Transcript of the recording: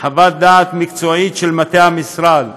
חוות דעת מקצועית של מטה המשרד,